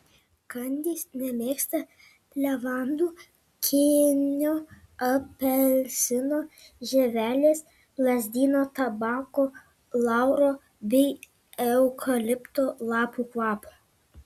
kandys nemėgsta levandų kėnio apelsino žievelės lazdyno tabako lauro bei eukalipto lapų kvapo